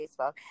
Facebook